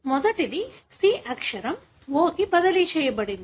మొదటిది C అక్షరం O కి బదిలీ చేయబడింది